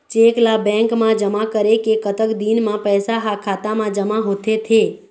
Cheque ला bank मा जमा करे के कतक दिन मा पैसा हा खाता मा जमा होथे थे?